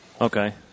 Okay